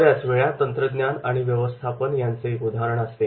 बऱ्याचवेळा तंत्रज्ञान आणि व्यवस्थापन यांचे एक उदाहरण असते